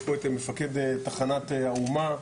יש פה את מפקד תחנת האומה,